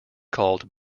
called